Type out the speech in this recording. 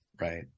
Right